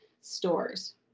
stores